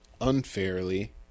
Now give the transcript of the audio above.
unfairly